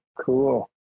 cool